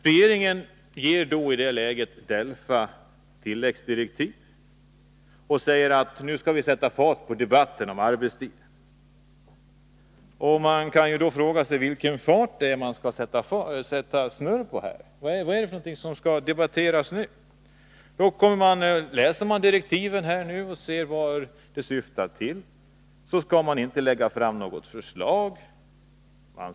Regeringen ger i detta läge DELFA tilläggsdirektiv och säger att vi skall sätta fart på debatten om arbetstid. Man kan fråga sig vad det är för någonting som skall debatteras nu. Läser man direktiven för att se vad de syftar till, ser man att det inte skall läggas fram något förslag.